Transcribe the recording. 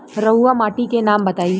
रहुआ माटी के नाम बताई?